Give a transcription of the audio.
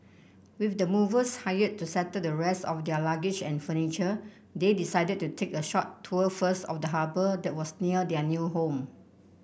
with the movers hired to settle the rest of their luggage and furniture they decided to take a short tour first of the harbour that was near their new home